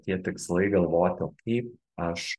tie tikslai galvoti o kaip aš